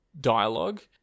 dialogue